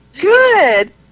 Good